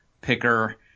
picker